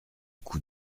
coup